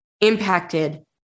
impacted